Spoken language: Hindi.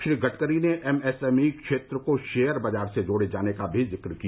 श्री गडकरी ने एम एस एम ई क्षेत्र को शेयर बाजार से जोड़े जाने का भी जिक्र किया